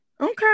Okay